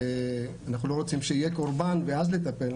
אנחנו לא רוצים שיהיה קורבן ואז לטפל,